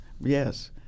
Yes